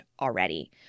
already